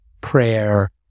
prayer